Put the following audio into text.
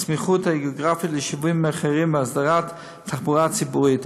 הסמיכות הגיאוגרפית ליישובים אחרים והסדרת התחבורה הציבורית,